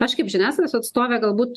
aš kaip žiniasklaidos atstovė galbūt